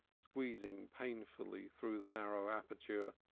squeezing painfully through the narrow aperture,